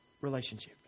relationship